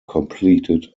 completed